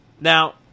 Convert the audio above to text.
Now